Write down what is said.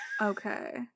okay